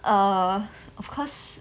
err of course